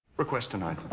request denied.